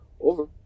over